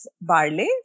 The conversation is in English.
barley